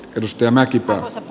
ristiä mäkipää